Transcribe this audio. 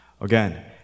Again